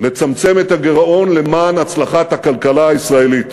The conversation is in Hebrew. לצמצם את הגירעון למען הצלחת הכלכלה הישראלית,